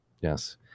Yes